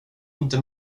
inte